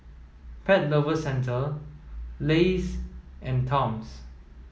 Pet Lovers Centre Lays and Toms